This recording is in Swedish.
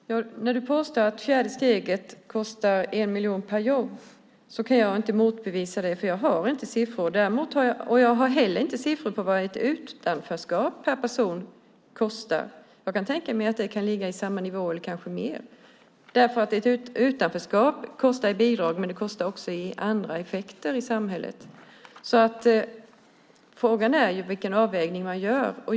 Fru talman! När Helena Leander påstår att fjärde steget kostar 1 miljon per jobb kan jag inte motbevisa det för jag har inte dessa siffror. Jag har inte heller siffror som visar vad utanförskapet kostar per person. Jag kan tänka mig att det kan ligga på samma nivå eller kosta ännu mer. Ett utanförskap kostar i bidrag, men det kostar också i form av andra effekter i samhället. Frågan är vilken avvägning man gör.